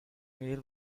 meal